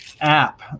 app